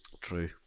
true